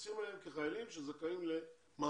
מתייחסים אליהם כאל חיילים שזכאים למענה,